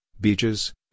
beaches